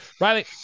Riley